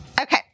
Okay